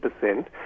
percent